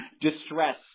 distress